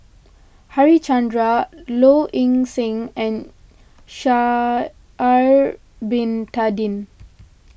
Harichandra Low Ing Sing and Sha'ari Bin Tadin